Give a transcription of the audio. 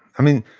i mean,